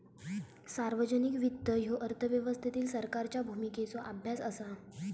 सार्वजनिक वित्त ह्यो अर्थव्यवस्थेतील सरकारच्या भूमिकेचो अभ्यास असा